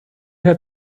have